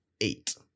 eight